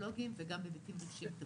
טכנולוגיים וגם בהיבטים רגשיים-חברתיים.